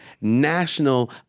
national